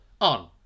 on